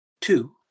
two